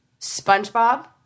Spongebob